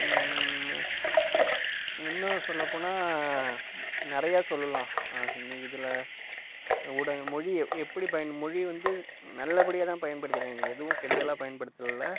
இன்னும் சொல்லப் போனால் நிறையா சொல்லலாம் இதில் ஊடகங்கள் மொழியை எப்படி பயன் மொழி வந்து நல்லபடியாக தான் பயன்படுத்திருக்காங்க எதுவும் கெடுதலாக பயன்படுத்தல்ல